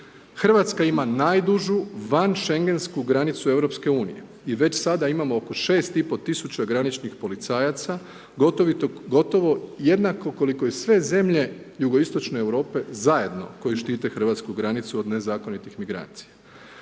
Hrvatska ima najdužu, van Šengensku granicu EU i već sada imamo oko 6 i pol tisuća graničnih policajaca, gotovo jednako koliko i sve zemlje jugoistočne Europe zajedno koje štite hrvatsku granicu od nezakonitih migracija.